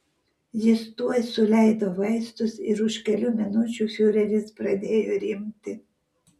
jis tuoj suleido vaistus ir už kelių minučių fiureris pradėjo rimti